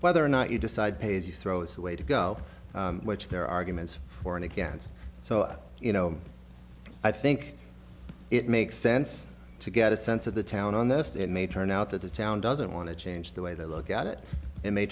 whether or not you decide pay as you throw is a way to go which they're arguments for and against so you know i think it makes sense to get a sense of the town on this it may turn out that the town doesn't want to change the way they look at it